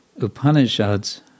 Upanishads